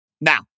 Now